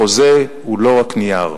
החוזה הוא לא רק נייר.